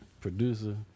producer